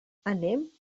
anem